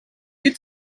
die